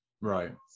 Right